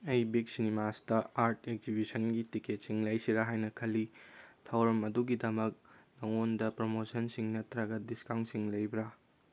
ꯑꯩ ꯕꯤꯛ ꯁꯤꯅꯤꯃꯥꯁꯇ ꯑꯥꯔꯠ ꯑꯦꯛꯖꯤꯕꯤꯁꯟꯒꯤ ꯇꯤꯀꯦꯠꯁꯤꯡ ꯂꯩꯁꯤꯔꯥ ꯍꯥꯏꯅ ꯈꯜꯂꯤ ꯊꯧꯔꯝ ꯑꯗꯨꯒꯤꯗꯃꯛ ꯅꯉꯣꯟꯗ ꯄ꯭ꯔꯃꯣꯁꯟꯁꯤꯡ ꯅꯠꯇ꯭ꯔꯒ ꯗꯤꯁꯀꯥꯎꯟꯁꯤꯡ ꯂꯩꯕ꯭ꯔꯥ